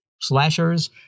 slashers